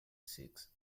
seeks